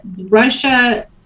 Russia